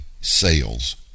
sales